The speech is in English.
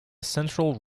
central